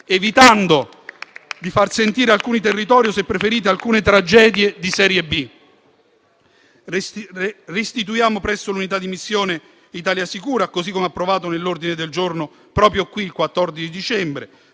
evitando di far sentire alcuni territori - o, se preferite, alcune tragedie - di serie B. Re-istituiamo presto l'unità di missione "Italia sicura", così come previsto dall'ordine del giorno approvato qui il 14 dicembre;